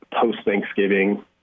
post-Thanksgiving